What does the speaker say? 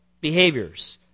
behaviors